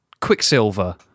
Quicksilver